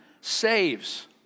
saves